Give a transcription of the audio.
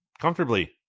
comfortably